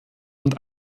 und